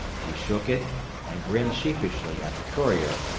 he shook it and grinned sheepishly at the courier,